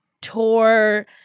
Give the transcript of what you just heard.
tour